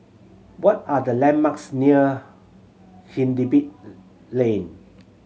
what are the landmarks near Hindhede Lane